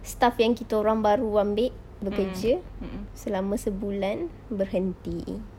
staff yang kita orang baru ambil bekerja selama sebulan berhenti